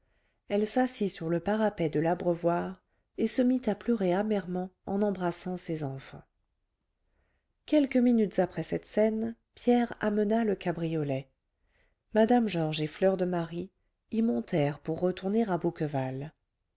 elle s'assit sur le parapet de l'abreuvoir et se mit à pleurer amèrement en embrassant ses enfants quelques minutes après cette scène pierre amena le cabriolet mme georges et fleur de marie y montèrent pour retourner à bouqueval